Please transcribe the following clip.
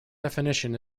definition